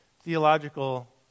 theological